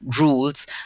rules